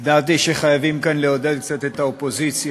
ידעתי שחייבים כאן לעודד קצת את האופוזיציה.